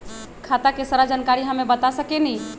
खाता के सारा जानकारी हमे बता सकेनी?